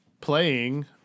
Playing